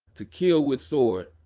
to kill with sword,